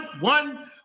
one